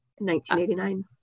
1989